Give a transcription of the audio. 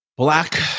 Black